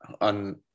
on